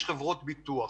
יש חברות ביטוח